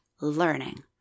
learning